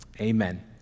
Amen